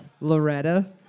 Loretta